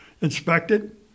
inspected